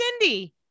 cindy